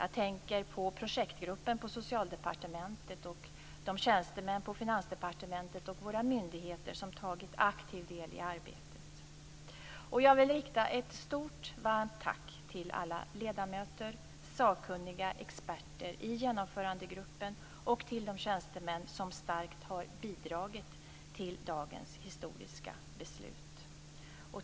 Jag tänker på projektgruppen på Socialdepartementet och de tjänstemän på Finansdepartementet och våra myndigheter som tagit aktiv del i arbetet. Jag vill rikta ett stort, varmt tack till alla ledamöter, sakkunniga och experter i Genomförandegruppen och till de tjänstemän som starkt har bidragit till dagens historiska beslut.